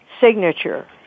signature